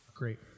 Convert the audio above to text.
Great